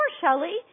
Shelley